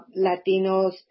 Latinos